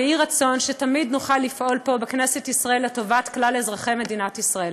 ויהי רצון שתמיד נוכל לפעול פה בכנסת לטובת כלל אזרחי מדינת ישראל.